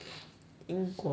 因果报应